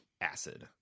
acid